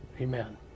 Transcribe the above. Amen